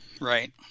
Right